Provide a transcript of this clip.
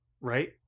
right